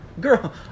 Girl